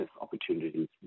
opportunities